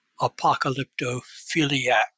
apocalyptophiliac